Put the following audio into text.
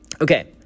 Okay